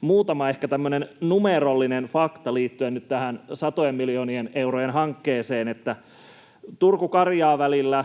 muutama ehkä tämmöinen numerollinen fakta liittyen nyt tähän satojen miljoonien eurojen hankkeeseen: Turku—Karjaa-välillä